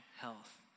health